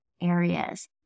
areas